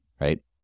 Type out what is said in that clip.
right